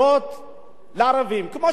כמו שהרב עשה בצפת,